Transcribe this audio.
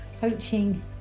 Coaching